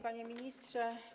Panie Ministrze!